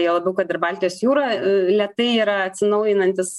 juo labiau kad ir baltijos jūra lėtai yra atsinaujinantis